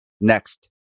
Next